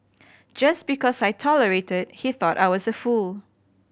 just because I tolerated he thought I was a fool